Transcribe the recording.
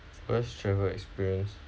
worst travel experience